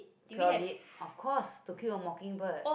purely of course to kill a mockingbird